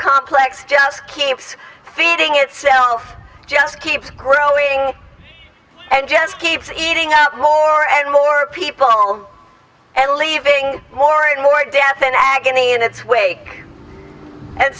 complex just keeps feeding itself just keeps growing and just keeps eating out more and more people and leaving more and more death and agony in its wake and